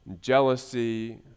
jealousy